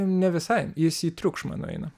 ne visai jis į triukšmą nueina